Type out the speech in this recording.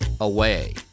away